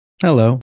hello